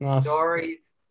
stories